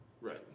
right